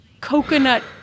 coconut